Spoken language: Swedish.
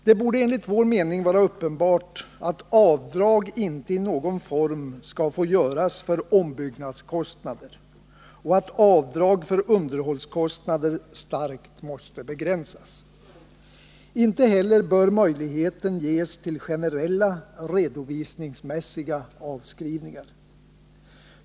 Det borde enligt vår mening vara uppenbart att avdrag inte i någon form skall få göras för ombyggnadskostnader och att avdrag för underhållskostnader starkt måste begränsas. Inte heller bör möjlighet ges till generella redovisningsmässiga uppskrivningar.